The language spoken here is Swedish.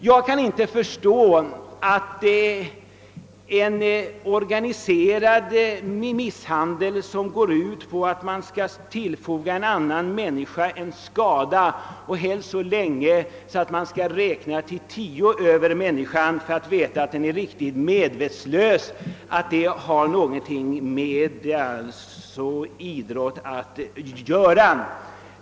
Jag kan inte förstå att en organiserad misshandel som går ut på att tillfoga en annan människa en skada — helst så långvarig att man kan räkna till tio över vederbörande för att veta att han är riktigt medvetslös — har någonting med idrott att göra.